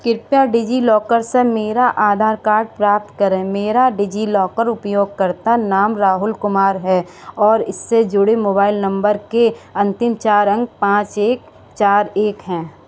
कृपया डिजिलॉकर से मेरा आधार कार्ड प्राप्त करें मेरा डिजिलॉकर उपयोगकर्ता नाम राहुल कुमार है और इससे जुड़े मोबाइल नम्बर के अंतिम चार अंक पाँच एक चार एक हैं